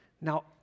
Now